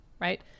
Right